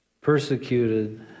Persecuted